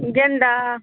गेंदा